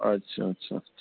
अच्छा अच्छा